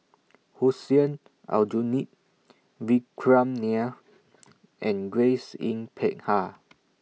Hussein Aljunied Vikram Nair and Grace Yin Peck Ha